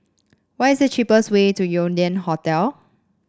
what is the cheapest way to Yew Lian Hotel